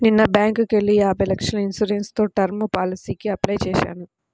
నిన్న బ్యేంకుకెళ్ళి యాభై లక్షల ఇన్సూరెన్స్ తో టర్మ్ పాలసీకి అప్లై చేశాను